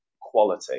quality